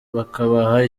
bakabaha